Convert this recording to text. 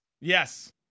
yes